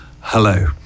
Hello